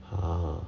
!huh!